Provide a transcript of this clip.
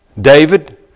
David